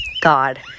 God